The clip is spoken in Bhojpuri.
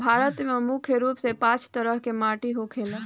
भारत में मुख्य रूप से पांच तरह के माटी होखेला